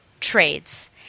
trades